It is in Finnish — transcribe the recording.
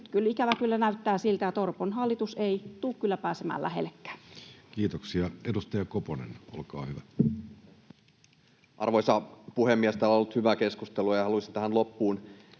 ikävä kyllä näyttää siltä, että Orpon hallitus ei kyllä tule pääsemään lähellekään. Kiitoksia. — Edustaja Koponen, olkaa hyvä. Arvoisa puhemies! Täällä on ollut hyvää keskustelua, ja haluaisin tähän loppuun